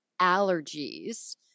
allergies